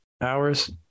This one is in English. hours